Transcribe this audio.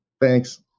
Thanks